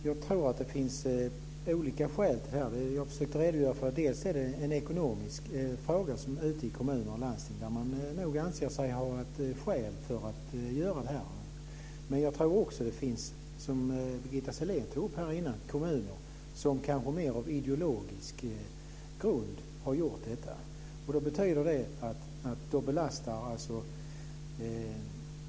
Fru talman! Jag tror, som jag försökt redogöra för, att det finns olika förklaringar. Det är för det första en ekonomisk fråga i kommuner och landsting, och man anser sig där nog ha haft skäl för sitt agerande. För det andra tror jag att det också, som Birgitta Sellén tog upp, finns kommuner som agerat på mer ideologisk grund.